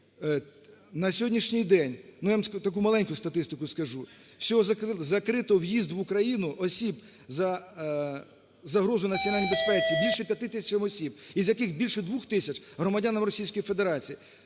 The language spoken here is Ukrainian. на сьогоднішній день, я вам маленьку таку статистику скажу, всього закрито в'їзд в Україну особам за загрозою національній безпеці більше 5 тисяч осіб. Із яких більше 2 тисяч, громадян Російської Федерації.